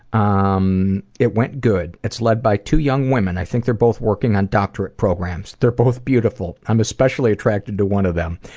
um it went good. it's lead by two young women, i think they're both working on doctorate programs. they're both beautiful. i'm especially attracted to one of them.